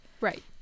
right